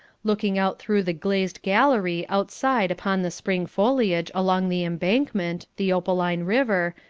looking out through the glazed gallery outside upon the spring foliage along the embankment, the opaline river,